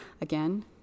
again